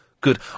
good